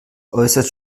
äußerst